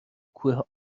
کوه